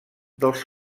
dels